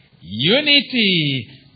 unity